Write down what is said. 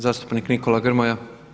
Zastupnik Nikola Grmoja.